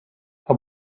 her